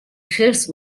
خرس